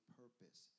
purpose